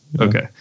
okay